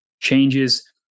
changes